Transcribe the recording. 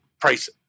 prices